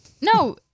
No